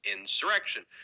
insurrection